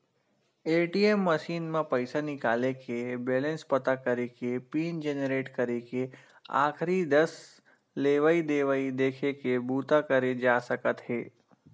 ATM machine म पइसा निकाले के, बेलेंस पता करे के, पिन जनरेट करे के, आखरी दस लेवइ देवइ देखे के बूता करे जा सकत हे